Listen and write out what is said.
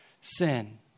sin